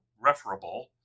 referable